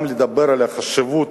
גם לדבר על החשיבות